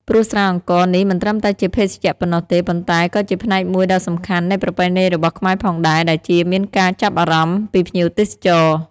ព្រោះស្រាអង្ករនេះមិនត្រឹមតែជាភេសជ្ជៈប៉ុណ្ណោះទេ ប៉ុន្តែក៏ជាផ្នែកមួយដ៏សំខាន់នៃប្រពៃណីរបស់ខ្មែរផងដែរ ដែលជាមានការចាប់អារម្មណ៏ពីភ្ញៀវទេសចរណ៍។